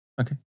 Okay